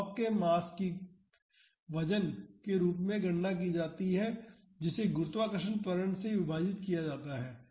block के mass की गणना वजन के रूप में की जाती है जिसे गुरुत्वाकर्षण त्वरण से विभाजित किया जाता है